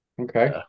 Okay